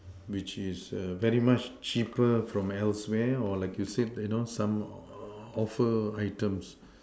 which is very much cheaper from elsewhere or like you said you know some offer items